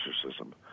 exorcism